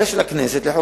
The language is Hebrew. לא, אין.